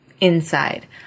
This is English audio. inside